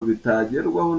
bitagerwaho